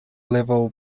level